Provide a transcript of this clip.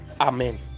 Amen